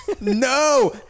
no